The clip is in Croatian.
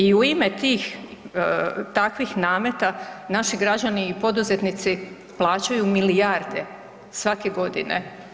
I u ime tih takvih nameta naši građani i poduzetnici plaćaju milijarde svake godine.